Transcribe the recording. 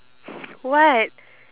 what